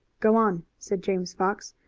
go on, said james fox.